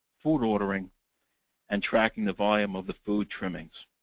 food ordering and tracking the volume of the food trimmings.